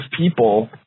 people